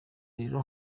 rero